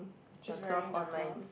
she's wearing the cloth